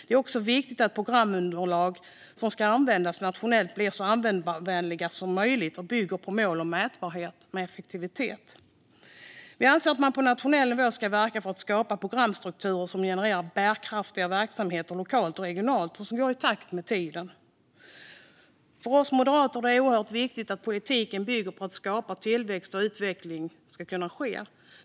Det är också viktigt att programunderlag som ska användas nationellt blir så användarvänliga som möjligt och bygger på mål och mätbarhet när det gäller effektivitet. Vi anser att man på nationell nivå ska verka för att skapa programstrukturer som genererar bärkraftiga verksamheter lokalt och regionalt och som går i takt med tiden. För oss moderater är det oerhört viktigt att politiken bygger på att skapa tillväxt för att utveckling ska kunna ske.